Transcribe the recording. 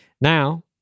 Now